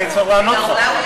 אני צריך לענות לו.